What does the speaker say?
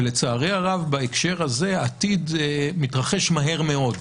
ולצערי הרב בהקשר הזה העתיד מתרחש מהר מאוד.